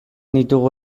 ditugu